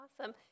awesome